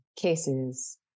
cases